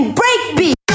breakbeat